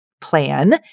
plan